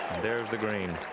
there's the green.